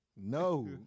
No